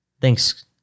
Thanks